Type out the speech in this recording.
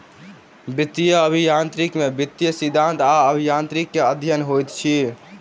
वित्तीय अभियांत्रिकी में वित्तीय सिद्धांत आ अभियांत्रिकी के अध्ययन होइत अछि